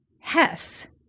Hess